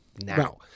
now